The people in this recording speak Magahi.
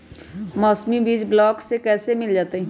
मौसमी बीज ब्लॉक से कैसे मिलताई?